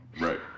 Right